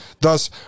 Thus